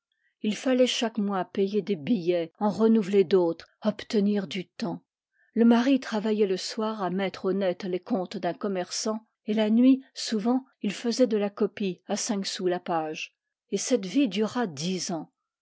ii fallait chaque mois payer des billets en renouveler d'autres obtenir du temps le mari travaillait le soir à mettre au net les comptes d'un commerçant et la nuit souvent il faisait de la copie à cinq sous la page et cette vie dura dix ans